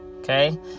okay